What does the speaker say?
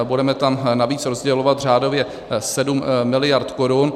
Budeme tam navíc rozdělovat řádově 7 miliard korun.